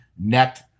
net